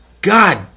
God